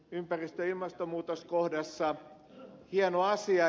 se on hieno asia